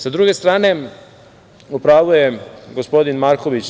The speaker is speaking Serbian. Sa druge strane, u pravu je gospodin Marković.